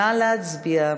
נא להצביע.